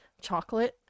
chocolate